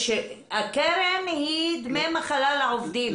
הקרן היא דמי מחלה לעובדים,